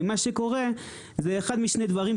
מה שקורה זה אחד משני דברים,